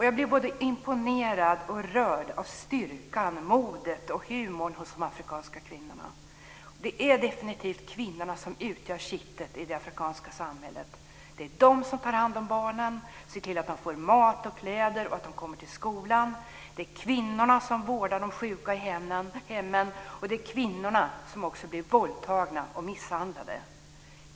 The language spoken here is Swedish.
Jag blev både imponerad och rörd av styrkan, modet och humorn hos de afrikanska kvinnorna. Det är definitivt kvinnorna som utgör kittet i det afrikanska samhället. Det är de som tar hand om barnen, ser till att de får mat och kläder och kommer till skolan. Det är kvinnorna som vårdar de sjuka i hemmen. Det är kvinnorna som också blir våldtagna och misshandlade.